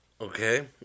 Okay